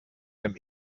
dem